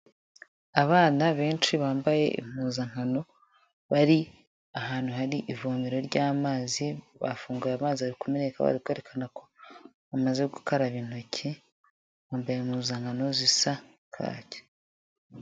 Abana benshi bambaye impuzankano ,bari ahantu hari ivomeraro ry'amazi bafunguye amazi ari kumeneka bari kwerekana ko bamaze gukaraba intoki bambaye impuzankano zisa kake.